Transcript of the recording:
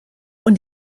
und